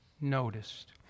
noticed